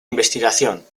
investigación